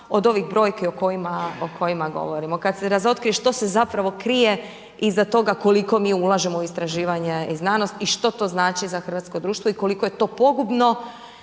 od ovih brojki o kojima govorimo. Kad se razotkrije što se zapravo krije iza toga koliko mi ulažemo u istraživanje i znanost i što to znači za hrvatsko društvo i koliko je to pogubno